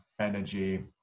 energy